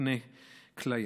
בפני כליה.